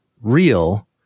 real